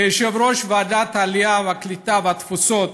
כיושב-ראש ועדת העלייה, הקליטה והתפוצות